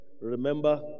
Remember